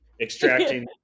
extracting